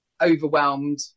overwhelmed